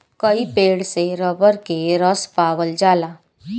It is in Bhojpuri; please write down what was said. कई पेड़ से रबर के रस पावल जाला